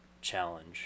challenge